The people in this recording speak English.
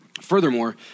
Furthermore